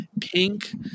pink